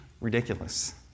ridiculous